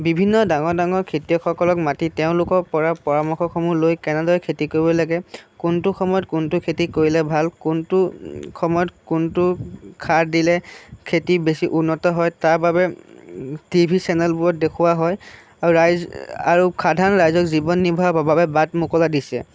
বিভিন্ন ডাঙৰ ডাঙৰ খেতিয়কসকলক মাতি তেওঁলোকৰ পৰা পৰামৰ্শসমূহ লৈ কেনেদৰে খেতি কৰিব লাগে কোনটো সময়ত কোনটো খেতি কৰিলে ভাল কোনটো সময়ত কোনটো সাৰ দিলে খেতি বেছি উন্নত হয় তাৰ বাবে টি ভি চেনেলবোৰত দেখুওৱা হয় আৰু ৰাইজ আৰু সাধাৰণ ৰাইজৰ জীৱন নিৰ্বাহৰ বাবে বাট মুকলাই দিছে